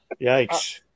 Yikes